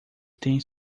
tem